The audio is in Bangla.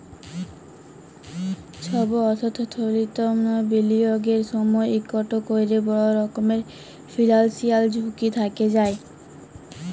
ছব অথ্থলৈতিক বিলিয়গের সময় ইকট ক্যরে বড় রকমের ফিল্যালসিয়াল ঝুঁকি থ্যাকে যায়